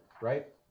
right